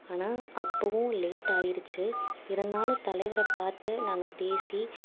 ஆனால் அப்பவும் லேட்டாயிடுச்சு இருந்தாலும் தலைவரை பார்த்து நாங்கள் பேசி